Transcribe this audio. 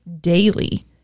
daily